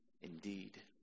indeed